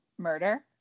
Murder